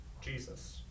Jesus